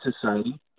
society